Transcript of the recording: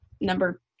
number